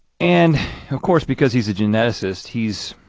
and of course because he's a geneticist, he's